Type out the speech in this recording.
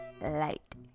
light